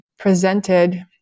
Presented